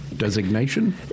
Designation